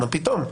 מה פתאום.